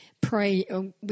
pray